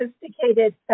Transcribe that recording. sophisticated